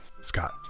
Scott